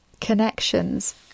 connections